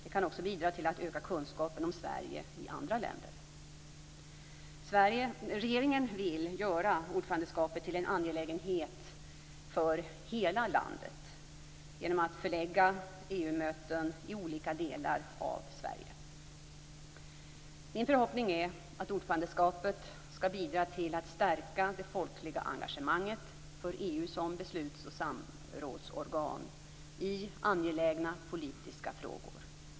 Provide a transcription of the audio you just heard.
Det kan också bidra till att öka kunskapen om Sverige i andra länder. Regeringen vill göra ordförandeskapet till en angelägenhet för hela landet genom att förlägga EU möten i olika delar av Sverige. Min förhoppning är att ordförandeskapet skall bidra till att stärka det folkliga engagemanget för EU som besluts och samrådsorgan i angelägna politiska frågor.